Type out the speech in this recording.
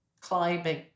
climbing